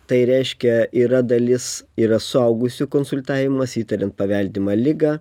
tai reiškia yra dalis yra suaugusių konsultavimas įtariant paveldimą ligą